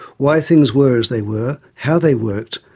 why things were as they were, how they worked,